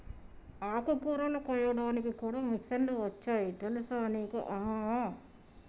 ఆకుకూరలు కోయడానికి కూడా మిషన్లు వచ్చాయి తెలుసా నీకు అమ్మమ్మ